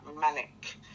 manic